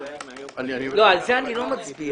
אני מבקש